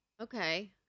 Okay